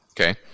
Okay